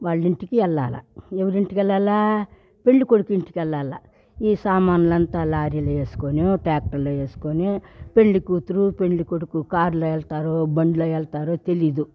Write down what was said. వాళ్ళింటికి ఎళ్ళాల ఎవరింటికెళ్ళాల పెళ్లి కొడుకింటికెళ్ళాల ఈ సామాన్లంత లారిలో ఏసుకొని పెళ్లి కూతురు పెళ్లి కొడుకు కార్లో వెళ్తారో బండ్లో ఎళ్తారో తెలీదు